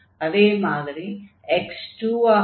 அதே மாதிரி x2 ஆக இருந்தால் y0 ஆக இருக்கும்